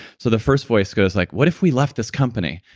so, the first voice goes like, what if we left this company,